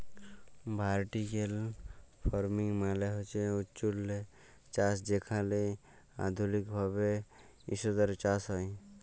vertical farming মালে হছে উঁচুল্লে চাষ যেখালে আধুলিক ভাবে ইসতরে চাষ হ্যয়